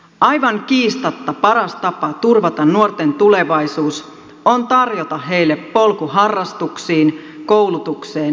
aivan kiistatta paras tapa turvata nuorten tulevaisuus on tarjota heille polku harrastuksiin koulutukseen ja työelämään